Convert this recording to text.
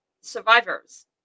survivors